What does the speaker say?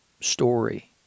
story